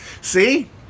see